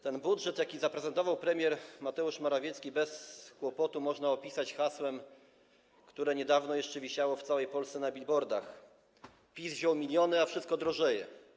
Ten budżet, jaki zaprezentował premier Mateusz Morawiecki, bez kłopotu można opisać hasłem, które niedawno jeszcze wisiało w całej Polsce na bilbordach: PiS wziął miliony, a wszystko drożeje.